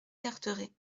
carteret